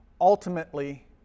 ultimately